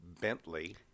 Bentley